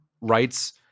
rights